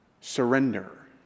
Surrender